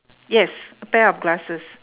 yes a pair of glasses